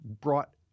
brought